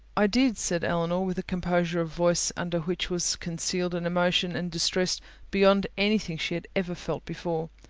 i did, said elinor, with a composure of voice, under which was concealed an emotion and distress beyond any thing she had ever felt before.